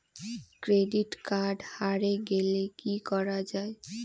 Credit card হারে গেলে কি করা য়ায়?